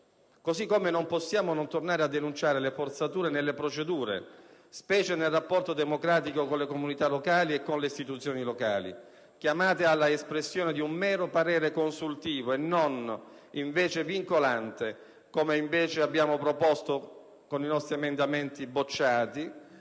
Così come non possiamo non tornare a denunciare le forzature delle procedure, specie nel rapporto democratico con le comunità locali e con le istituzioni locali, chiamate alla espressione di un mero parere consultivo e non, invece, vincolante, come abbiamo proposto con i nostri emendamenti, bocciati